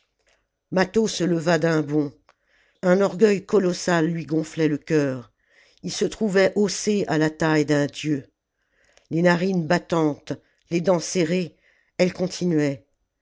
mâtho se leva d'un bond un orgueil colossal lui gonflait le cœur il se trouvait haussé à la taille d'un dieu les narines battantes les dents serrées elle continuait